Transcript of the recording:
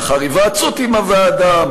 לאחר היוועצות עם הוועדה,